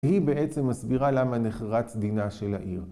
היא בעצם מסבירה למה נחרץ דינה של העיר.